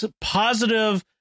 positive